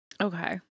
Okay